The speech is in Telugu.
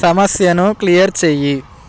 సమస్యను క్లియర్ చెయ్యి